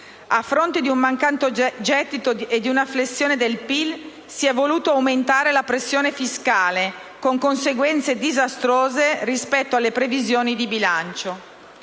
A fronte di un mancato gettito e di una flessione del PIL si è voluto aumentare la pressione fiscale, con conseguenze disastrose rispetto alle previsioni di bilancio.